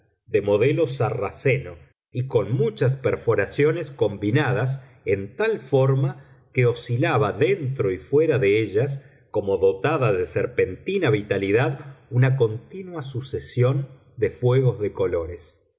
de modelo sarraceno y con muchas perforaciones combinadas en tal forma que oscilaba dentro y fuera de ellas como dotada de serpentina vitalidad una continua sucesión de fuegos de colores